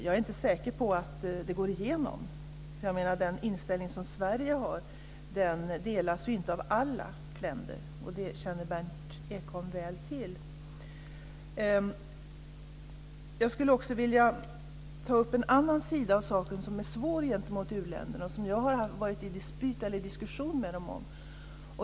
Jag är inte säker på att det går igenom, för den inställning som Sverige har delas inte av alla länder. Det känner Berndt Ekholm väl till. Jag skulle också vilja ta upp en annan sida av saken, som är svår gentemot u-länderna och som jag har varit i dispyt eller diskussion med dem om.